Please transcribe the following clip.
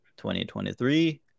2023